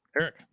Eric